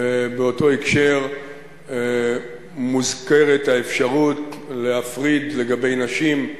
באותו הקשר מוזכרת האפשרות להפריד, לגבי נשים,